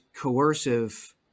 coercive